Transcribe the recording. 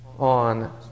on